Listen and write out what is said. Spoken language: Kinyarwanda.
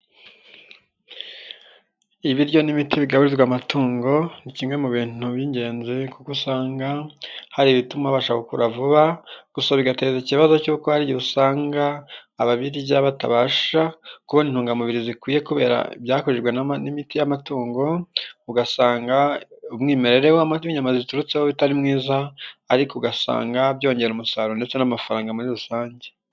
Ibiryo n'imiti bigaburirwa amatungo ni kimwe mu bintu by'ingenzi, kuko usanga hari ibituma abasha gukura vuba, gusa bigateza ikibazo cy'uko ari aho usanga ababirya, batabasha kubona intungamubiri zikwiye, kubera ibyo akorwamo, n'imiti y'amatungo, ugasanga umwimerere w'amata n'inyama ziturutseho utari mwiza, ariko ugasanga byongera umusaruro, ndetse n'amafaranga muri rusange.